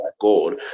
God